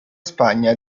spagna